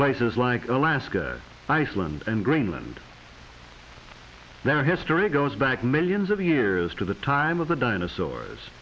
places like alaska iceland and greenland their history goes back millions of years to the time of the dinosaurs